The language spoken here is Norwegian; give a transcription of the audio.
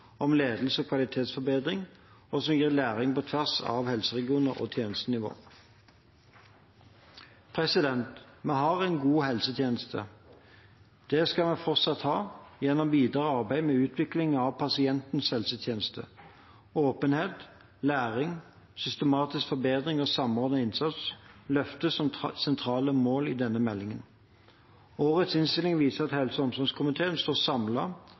om ledelse og kvalitetsforbedring, og de gir læring på tvers av helseregioner og tjenestenivå. Vi har en god helsetjeneste. Det skal vi fortsatt ha gjennom videre arbeid med utvikling av pasientens helsetjeneste. Åpenhet, læring, systematisk forbedring og samordnet innsats løftes som sentrale mål i denne meldingen. Årets innstilling viser at helse- og omsorgskomiteen står